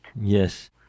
Yes